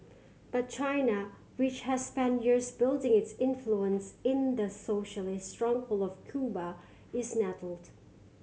but China which has spent years building its influence in the socialist stronghold of Cuba is nettled